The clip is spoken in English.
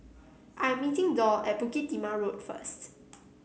i'm meeting Doll at Bukit Timah Road first